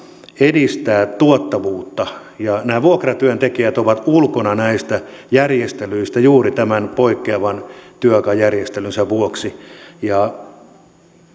edistää tuottavuutta ja nämä vuokratyöntekijät ovat ulkona näistä järjestelyistä juuri tämän poikkeavan työaikajärjestelynsä vuoksi